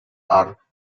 are